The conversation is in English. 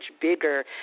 bigger